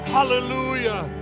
Hallelujah